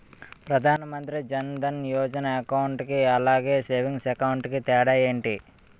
Pradhan Mantri Jan Dhan Yojana account కి అలాగే savings account కి తేడా ఏంటి?